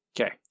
Okay